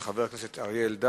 של חבר הכנסת אריה אלדד: